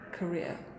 career